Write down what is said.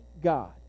God